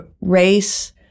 race